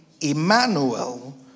Emmanuel